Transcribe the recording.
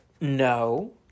no